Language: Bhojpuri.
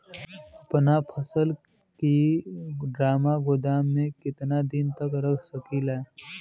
अपना फसल की ड्रामा गोदाम में कितना दिन तक रख सकीला?